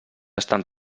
estan